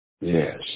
Yes